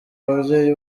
babyeyi